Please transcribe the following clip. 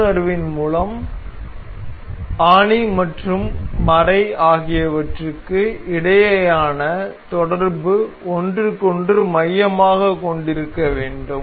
உள்ளுணர்வின் மூலம் ஆணி மற்றும் மறையை ஆகியவற்றுக்கு இடையேயான தொடர்பு ஒன்றுக்கொன்று மையமாகக் கொண்டிருக்க வேண்டும்